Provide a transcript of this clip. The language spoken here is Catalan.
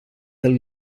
del